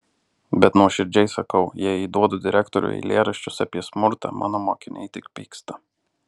bet nuoširdžiai sakau jei įduodu direktoriui eilėraščius apie smurtą mano mokiniai tik pyksta